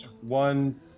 One